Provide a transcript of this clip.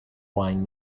wine